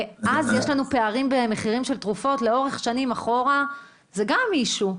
אז יש לנו פערים במחירים של תרופות לאורך שנים אחורה - זה גם אישיו.